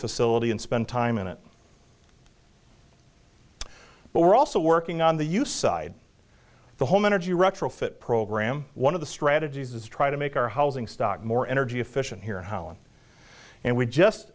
facility and spend time in it but we're also working on the you side the home energy retrofit program one of the strategies is to try to make our housing stock more energy efficient here how and we just